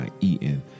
eating